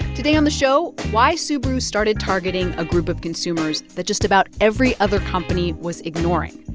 today on the show, why subaru started targeting a group of consumers that just about every other company was ignoring,